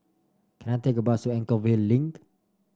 can I take a bus to Anchorvale Link